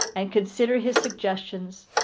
and consider his suggestions,